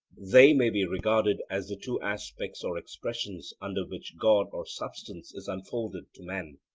they may be regarded as the two aspects or expressions under which god or substance is unfolded to man.